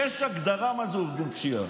שיש הגדרה לארגון פשיעה,